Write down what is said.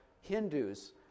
Hindus